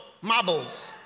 marbles